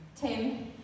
Tim